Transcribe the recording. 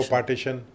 Partition